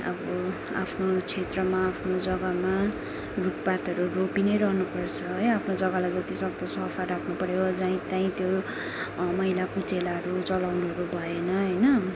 आबो आफ्नो क्षेत्रमा जगामा रुखपातहरू रोपि नै रहनुपर्छ है आफ्नो जग्गालाई जतिसक्दो सफा राख्नुपऱ्यो त्यहीँ त्यो मैला कुचेलाहरू जलाउनुहरू भएन होइन